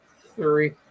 three